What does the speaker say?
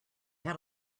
had